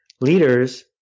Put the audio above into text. Leaders